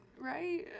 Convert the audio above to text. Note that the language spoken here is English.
right